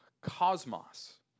cosmos